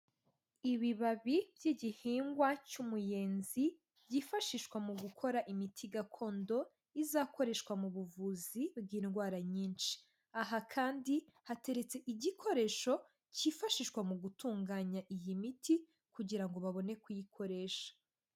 Ibibabi by'igihingwa cy'umuyenzi byifashishwa mu gukora imiti gakondo izakoreshwa mu buvuzi bw'indwara nyinshi, aha kandi hateretse igikoresho cyifashishwa mu gutunganya iyi miti kugira ngo babone kuyikoresha.